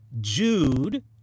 Jude